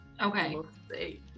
okay